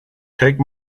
take